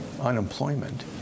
unemployment